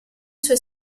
sue